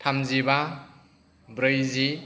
थामजिबा ब्रैजि